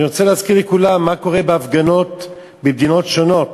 אני רוצה להזכיר לכולם מה קורה בהפגנות במדינות שונות: